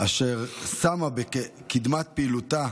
אשר שמה בקדמת פעילותה